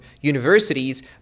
universities